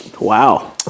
wow